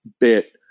bit